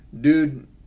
dude